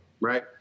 Right